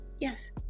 Yes